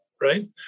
right